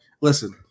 Listen